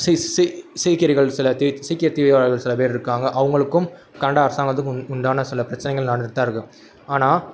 C சி சீக்கியர்கள் சில தி சீக்கிய தீவிரவாதிகள் சில பேர் இருக்காங்க அவர்களுக்கும் கனடா அரசாங்கத்துக்கும் உ உண்டான சில பிரச்சினைகள் நடந்துகிட்டு தான் இருக்குது ஆனால்